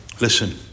Listen